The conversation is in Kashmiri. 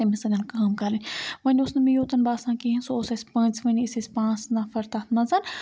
تٔمِس سۭتۍ کٲم کَرٕنۍ ونۍ اوس نہٕ مےٚ یوتَن باسان کِہیٖنۍ سُہ اوس اَسہِ پانٛژؤنے أسۍ ٲسۍ پانٛژھ نَفَر تَتھ منٛز